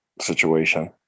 situation